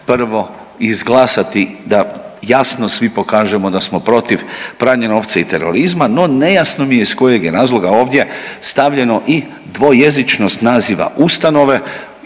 prvo izglasati da jasno svi pokažemo da smo protiv pranja novca i terorizma, no nejasno mi je iz kojeg je razloga ovdje stavljeno i dvojezičnost naziva ustanove